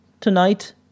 tonight